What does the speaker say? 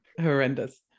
horrendous